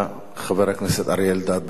חבר הכנסת אריה אלדד, בבקשה.